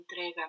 entrega